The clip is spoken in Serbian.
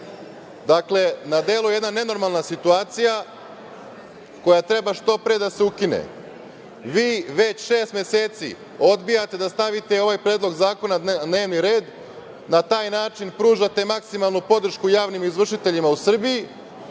Srbije. Na delu je jedna nenormalna situacija koja treba što pre da se ukine. Vi već šest meseci odbijate da stavite ovaj Predlog zakona na dnevni red. Na taj način pružate maksimalnu podršku javnim izvršiteljima u Srbiji,